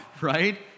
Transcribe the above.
right